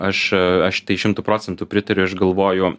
aš aš šimtu procentų pritariu aš galvoju